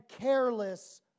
careless